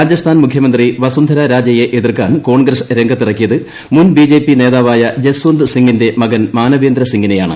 രാജസ്ഥാൻ മുഖ്യമന്ത്രി വസുന്ധര രാജയെ എതിർക്കാൻ കോൺഗ്രസ് രംഗത്തിറക്കിയത് മുൻ ബി ജെ പി നേതാവായ ജസ്വന്ത് സിംഗിന്റെ മകൻ മാനവേന്ദ്ര സിംഗിനെയാണ്